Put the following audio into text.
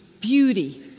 beauty